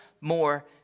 more